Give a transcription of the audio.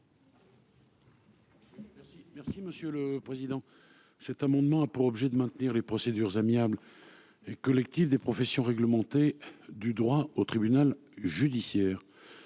Merci monsieur le président. Cet amendement a pour objet de maintenir les procédures amiables et collective des professions réglementées du droit au tribunal judiciaire.